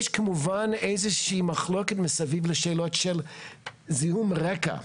יש כמובן איזה שהיא מחלוקת מסביב לשאלות של זיהום רקע,